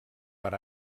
per